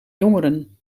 jongeren